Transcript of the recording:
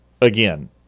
again